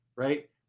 right